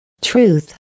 Truth